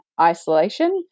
isolation